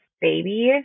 baby